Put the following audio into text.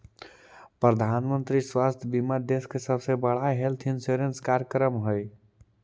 प्रधानमंत्री स्वास्थ्य बीमा देश के सबसे बड़ा हेल्थ इंश्योरेंस कार्यक्रम हई